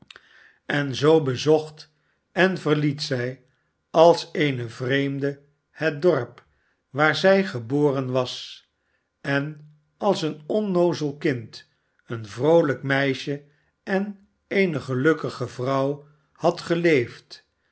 en zoo bezocht en verliet zij als eene vreemde het dorp waar zij geboren was en als een onnoozel kind een vroolijk meisje en eene gelukkige vrouw had geleefd